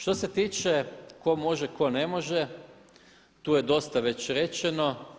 Što se tiče ko može ko ne može, tu je dosta već rečeno.